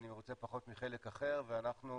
אני מרוצה פחות מחלק אחר,